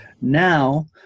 now